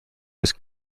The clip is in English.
was